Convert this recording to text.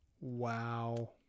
Wow